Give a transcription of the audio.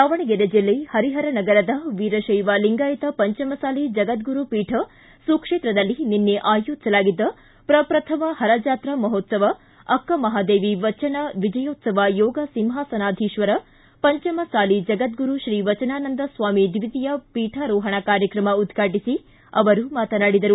ದಾವಣಗೆರೆ ಜಿಲ್ಲೆ ಹರಿಹರ ನಗರದ ವೀರತೈವ ಲಿಂಗಾಯತ ಪಂಚಮಸಾಲಿ ಜಗದ್ಗುರು ಪೀಠ ಸುಕ್ಷೇತ್ರದಲ್ಲಿ ನಿನ್ನೆ ಆಯೋಜಿಸಲಾಗಿದ್ದ ಪ್ರಪ್ರಥಮ ಹರ ಜಾತ್ರಾ ಮಹೋತ್ಸವ ಅಕ್ಕಮಹಾದೇವಿ ವಚನ ವಿಜಯೋತ್ಸವ ಯೋಗ ಸಿಂಹಾಸನಾಧೀಶ್ವರ ಪಂಚಮಸಾಲಿ ಜಗದ್ಗುರು ಶ್ರೀ ವಚನಾನಂದ ಸ್ವಾಮಿ ದ್ವೀತೀಯ ಪೀಠಾರೋಹಣ ಕಾರ್ಯಕ್ರಮ ಉದ್ಘಾಟಿಸಿ ಅವರು ಮಾತನಾಡಿದರು